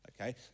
okay